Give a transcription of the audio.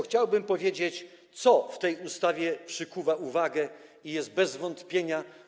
Chciałbym powiedzieć, co w tej ustawie przykuwa uwagę i jest bez wątpienia.